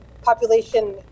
population